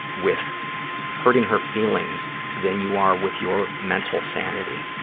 with hurting her feelings than you are with your mental sanity,